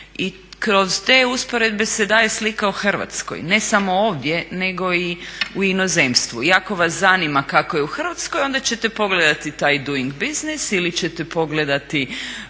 I kroz te usporedbe se daje slika o Hrvatskoj, ne samo ovdje nego i u inozemstvu. I ako vas zanima kako je u Hrvatskoj onda ćete pogledati taj doing business ili ćete pogledati